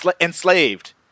Enslaved